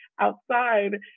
outside